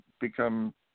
become